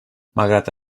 malgrat